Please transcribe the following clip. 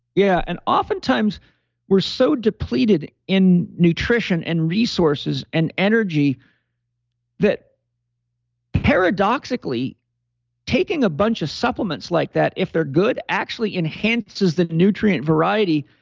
yeah. and oftentimes we're so depleted in nutrition and resources and energy that paradoxically taking a bunch of supplements like that, if they're good, actually enhances the nutrient variety,